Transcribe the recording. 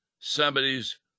Somebody's